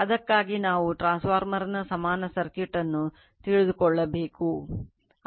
ಅದಕ್ಕಾಗಿ ನಾವು ಟ್ರಾನ್ಸ್ಫಾರ್ಮರ್ನ ಸಮಾನ ಸರ್ಕ್ಯೂಟ್ ಅನ್ನು ತಿಳಿದುಕೊಳ್ಳಬೇಕು